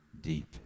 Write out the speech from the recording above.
deep